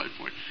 point